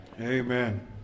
Amen